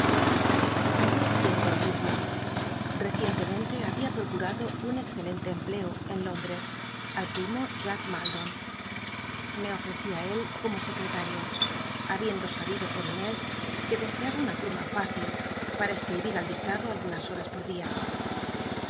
halléle siempre el mismo recientemente babia l i'ocurado un excelente empleo en ds al primo jack maldon m e ofrecí á él como secretario habiendo sabido por inés que desea ba una pluma fácil para escribir al dictado algunas hmas por dia